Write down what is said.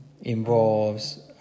involves